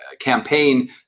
campaign